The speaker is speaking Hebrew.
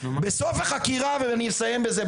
בסוף החקירה ואני אסיים בזה,